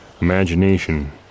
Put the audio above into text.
imagination